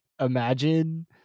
imagine